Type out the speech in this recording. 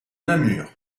namur